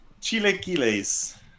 Chilequiles